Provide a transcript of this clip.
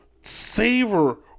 savor